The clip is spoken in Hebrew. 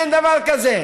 אין דבר כזה.